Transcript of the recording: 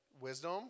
wisdom